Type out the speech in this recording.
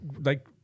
like-